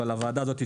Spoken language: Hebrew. אבל הוועדה הזאת,